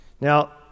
Now